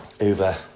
over